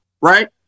right